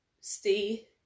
stay